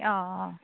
অঁ